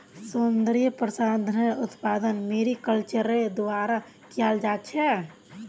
सौन्दर्य प्रसाधनेर उत्पादन मैरीकल्चरेर द्वारा कियाल जा छेक